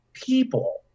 people